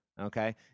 okay